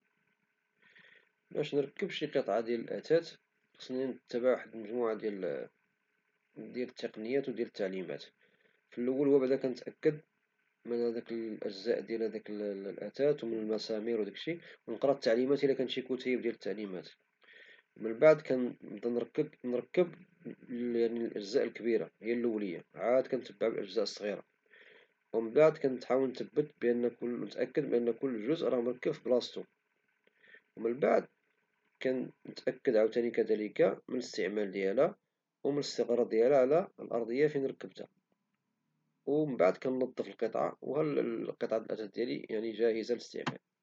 باش نركب شي قطعة ديال الأثاث كيخصني نتبع واحد المجموعة ديال التقنيات والتعليمات، في الأول كنتأكد من الأجزاء ديال القطعة ومن المسامير ونقرا التعليمات إذا كان شي كتيب ديال التعليمات ، ومن بعد كنبدا نركب الأجزاء الكبيرة هي الأولى عاد كنتبع الأجزاء الصغيرة ومن بعد كنتأكد بلي كل جزء راه مركب في بلاصتو ومن بعد كنتأكد من الاستعمال ديالها والاستقرار ديالها على الأرضية فين ركبتها، ومن بعد كنظف القطعة وهاهي جاهزة للاستعمال.